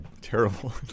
terrible